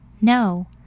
No